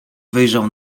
wyjrzał